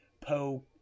Poe